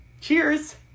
Cheers